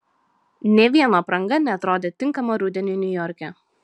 nė vieno apranga neatrodė tinkama rudeniui niujorke